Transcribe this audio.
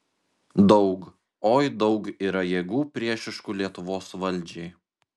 daug oi daug yra jėgų priešiškų lietuvos valdžiai